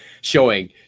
Showing